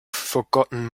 forgotten